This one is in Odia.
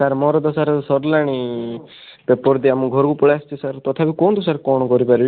ସାର୍ ମୋର ତ ସାର୍ ସରିଲାଣି ପେପର ଦିଆ ମୁଁ ଘରକୁ ପଳେଇ ଆସିଛି ସାର୍ ତଥାପି କୁହନ୍ତି ସାର୍ କଣ କରିପାରିବି